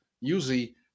usually